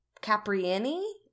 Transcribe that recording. Capriani